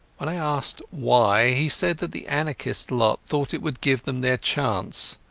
when i asked why, he said that the anarchist lot thought it would give them their chance.